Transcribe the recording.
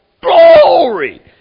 Glory